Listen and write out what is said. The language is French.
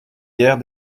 guère